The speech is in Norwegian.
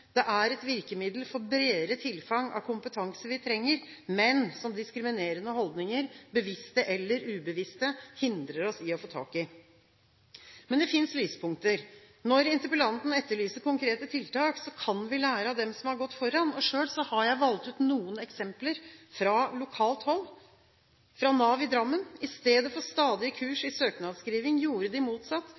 er det et virkemiddel for bredere tilfang av kompetanse vi trenger, men som diskriminerende holdninger – bevisste eller ubevisste – hindrer oss i å få tak i. Men det finnes lyspunkter. Når interpellanten etterlyser konkrete tiltak, kan vi lære av dem som har gått foran. Selv har jeg valgt ut noen eksempler fra lokalt hold. Her er et eksempel fra Nav i Drammen: Istedenfor stadige kurs i søknadsskriving, gjorde de